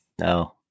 No